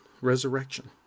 resurrection